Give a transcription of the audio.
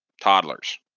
Toddlers